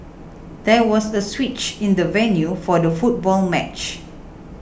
there was a switch in the venue for the football match